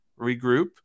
regroup